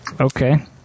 Okay